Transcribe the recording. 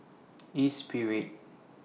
Espirit